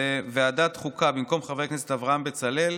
בוועדת החוקה, במקום חבר הכנסת אברהם בצלאל,